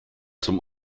zum